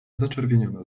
zaczerwieniona